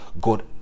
God